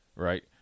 right